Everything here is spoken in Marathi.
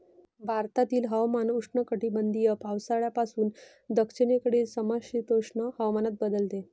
भारतातील हवामान उष्णकटिबंधीय पावसाळ्यापासून दक्षिणेकडील समशीतोष्ण हवामानात बदलते